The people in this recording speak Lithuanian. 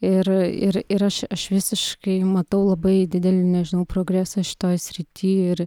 ir ir ir aš aš visiškai matau labai didelį nežinau progresą šitoj srity ir